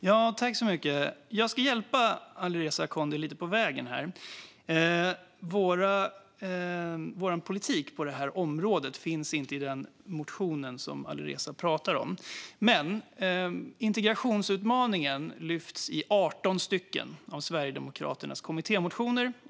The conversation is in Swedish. Herr talman! Jag ska hjälpa Alireza Akhondi lite på vägen. Vår politik på det här området finns inte i den motion som Alireza pratar om, men integrationsutmaningen lyfts i 18 av Sverigedemokraternas kommittémotioner.